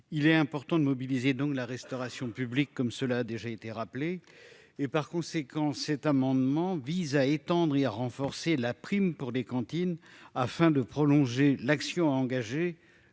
il est important de mobiliser, donc la restauration publique comme cela a déjà été rappelé et par conséquent, cet amendement vise à étendre et à renforcer la prime pour les cantines afin de prolonger l'action engagée